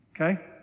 okay